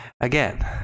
Again